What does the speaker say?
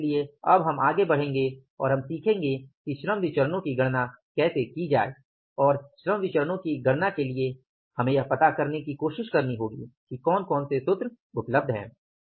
इसलिए अब हम आगे बढ़ेंगे और हम सीखेंगे कि श्रम विचरणो की गणना कैसे की जाए और श्रम विचरणो की गणना के लिए हमें यह पता करने की कोशिश करनी होगी कि कौन कौन से सूत्र उपलब्ध हैं